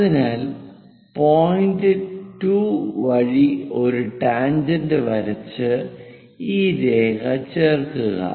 അതിനാൽ പോയിന്റ് 2 വഴി ഒരു ടാൻജെന്റ് വരച്ച് ഈ രേഖ ചേർക്കുക